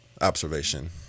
observation